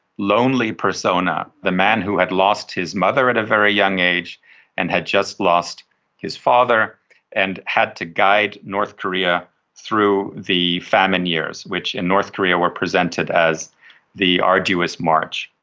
lonely persona, the man who had lost his mother at a very young age and had just lost his father and had to guide north korea through the famine years, which in north korea were presented as the arduous march.